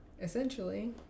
essentially